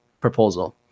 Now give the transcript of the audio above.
proposal